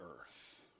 earth